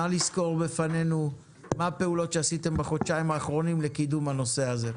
נא לסקור בפנינו מה הפעולות שעשיתם בחודשיים האחרונים לקידום הנושא הזה.